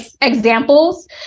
examples